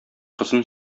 кызын